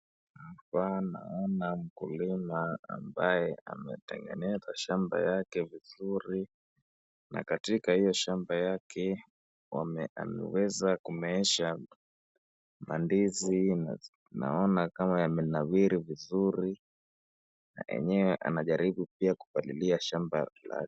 Hapa naona mkulima ambaye ametengeneza shamba yake vizuri, katika hiyo shamba yake, ameweza kumeesha mandizi na naiona kama yamenawiri vizuri na enyewe anajaribu pia kupalilia shamba yake.